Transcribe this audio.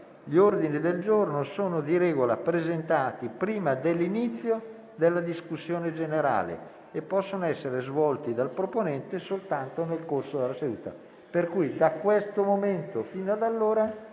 «Gli ordini del giorno sono di regola presentati prima dell'inizio della discussione generale e possono essere svolti dal proponente soltanto nel corso di essa». Pertanto, da questo momento fino ad allora